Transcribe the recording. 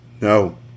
No